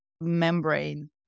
membrane